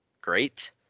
great